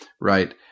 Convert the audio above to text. right